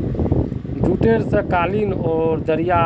jute स कालीन दरियाँ